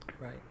Right